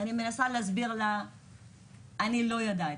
אני מנסה להסביר לה שאני לא יודעת,